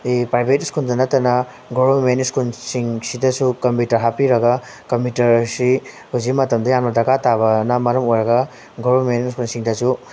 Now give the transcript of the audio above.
private ꯁ꯭ꯀꯨꯜꯗ ꯅꯠꯇꯅ government ꯁ꯭ꯀꯨꯜꯁꯤꯡꯁꯤꯗꯁꯨ ꯀꯝꯄ꯭ꯌꯨꯇꯔ ꯍꯥꯞꯄꯤꯔꯒ ꯀꯝꯄ꯭ꯌꯨꯇꯔꯁꯤ ꯍꯧꯖꯤꯛ ꯃꯇꯝꯗ ꯌꯥꯝꯅ ꯗꯔꯀꯥꯔ ꯇꯥꯕꯅ ꯃꯔꯝ ꯑꯣꯏꯔꯒ ꯒꯣꯕꯔꯃꯦꯟ ꯁ꯭ꯀꯨꯜꯁꯤꯡꯗꯁꯨ